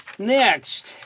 Next